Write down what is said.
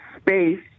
space